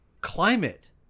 climate